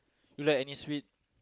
you like any sweet